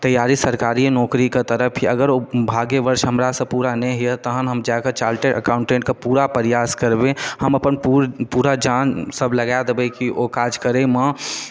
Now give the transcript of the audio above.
तैयारी सरकारिये नौकरीके तरफ यऽ अगर ओ भाग्यवश हमरा सऽ पूरा नहि होइया तहन हम जा कऽ चार्टेड अकाउंटेंट कऽ पूरा प्रयास करबै हम अपन पूरा जान सब लगाए देबै कि ओ काज करै मे